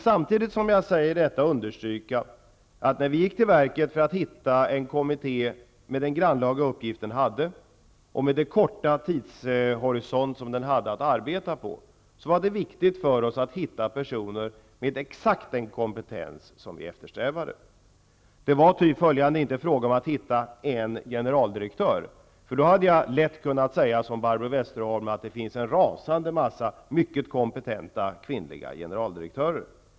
Samtidigt som jag säger detta vill jag understryka, att när vi gick till verket för att hitta en kommitté med den grannlaga uppgift som den skulle ha och med den korta tidshorisont som den skulle arbeta under, var det viktigt för oss att hitta personer med exakt den kompetens som vi eftersträvade. Det var inte fråga om att hitta en generaldirektör -- då hade jag lätt kunnat säga som Barbro Westerholm, att det finns en rasande massa mycket kompetenta kvinnliga generaldirektörer.